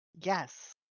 Yes